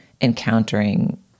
encountering